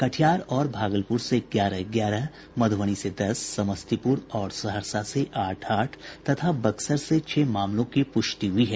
कटिहार और भागलपुर से ग्यारह ग्यारह मधुबनी से दस समस्तीपुर और सहरसा से आठ आठ तथा बक्सर से छह मामलों की पुष्टि हुई है